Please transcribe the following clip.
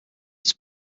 its